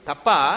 Tapa